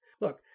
Look